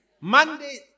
Monday